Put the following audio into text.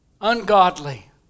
ungodly